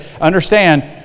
Understand